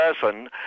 person